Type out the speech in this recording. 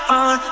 on